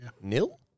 Nil